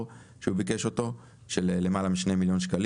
כשהוא ביקש אותו של למעלה מ-2,000,000 ₪.